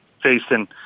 facing